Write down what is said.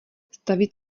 stavit